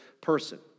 person